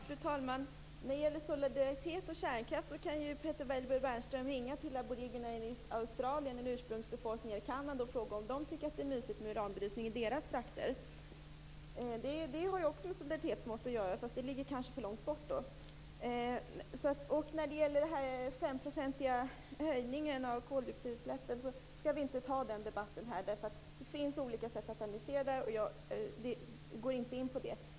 Fru talman! När det gäller solidaritet och kärnkraft kan Peter Weibull Bernström ringa till aboriginerna i Australien eller ursprungsbefolkningen i Kanada och fråga om de tycker att det är mysigt med uranbrytning i deras trakter. Det har också med solidaritetsmått att göra, fast det ligger kanske för långt bort. Vi skall inte ta debatten om den femprocentiga höjningen av koldioxidutsläppen här. Det finns olika sätt att analysera frågan, och jag går inte in på det.